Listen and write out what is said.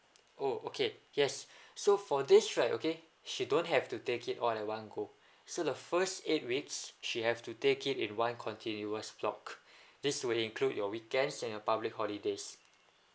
oh okay yes so for this right okay she don't have to take it on at one go so the first eight weeks she have to take it in one continuous block this will include your weekends and a public holidays